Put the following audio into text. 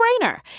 no-brainer